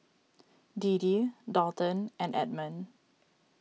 Deedee Dalton and Edmon